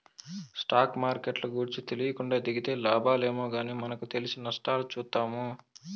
stock మార్కెట్ల గూర్చి తెలీకుండా దిగితే లాబాలేమో గానీ మనకు తెలిసి నష్టాలు చూత్తాము